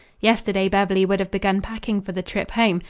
yesterday beverly would have begun packing for the trip home.